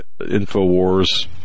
InfoWars